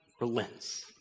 relents